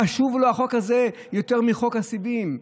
חשוב לו החוק הזה יותר מחוק הסיבים.